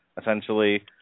essentially